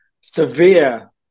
severe